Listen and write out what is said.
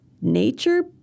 nature